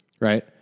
right